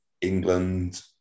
England